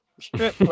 strip